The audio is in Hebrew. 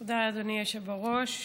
תודה, אדוני היושב בראש.